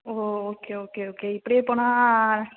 ஓ okay okay okay இப்படியே போனால்